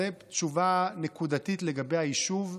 זו תשובה נקודתית לגבי היישוב,